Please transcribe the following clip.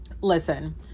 Listen